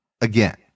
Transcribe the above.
again